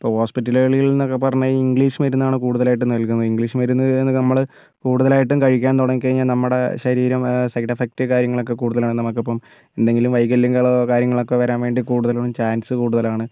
ഇപ്പം ഹോസ്പിറ്റലുകളിലെന്നൊക്കെ പറഞ്ഞാൽ ഈ ഇംഗ്ലീഷ് മരുന്നാണ് കൂടുതലായിട്ടും നൽകുന്നത് ഇംഗ്ലീഷ് മരുന്നെന്ന് നമ്മൾ കൂടുതലായിട്ടും കഴിക്കാൻ തുടങ്ങി കഴിഞ്ഞാൽ നമ്മുടെ ശരീരം സൈഡ് എഫക്ട് കാര്യങ്ങളൊക്കെ കൂടുതലാണ് നമുക്ക് ഇപ്പം എന്തെങ്കിലും വൈകല്യങ്ങളോ കാര്യങ്ങളൊക്കെ വരാൻ വേണ്ടി കൂടുതലും ചാൻസ് കൂടുതലാണ്